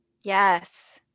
Yes